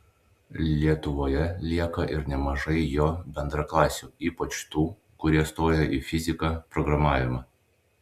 lietuvoje lieka ir nemažai jo bendraklasių ypač tų kurie stoja į fiziką programavimą